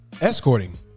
Escorting